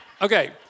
okay